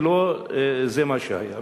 ולא זה מה שהיה.